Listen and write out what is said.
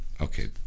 Okay